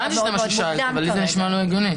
הבנתי שזה מה ששאלת, אבל לי זה נשמע לא הגיוני.